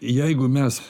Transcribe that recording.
jeigu mes